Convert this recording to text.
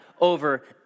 over